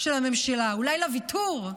של הממשלה, אולי לוויתור.